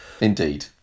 Indeed